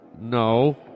No